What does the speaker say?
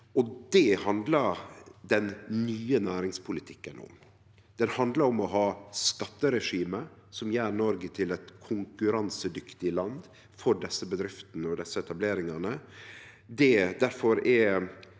Det handlar den nye næringspolitikken om. Det handlar om å ha eit skatteregime som gjer Noreg til eit konkurransedyktig land for desse bedriftene og desse etableringane.